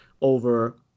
over—